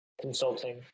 consulting